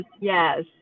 yes